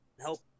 help